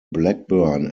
blackburn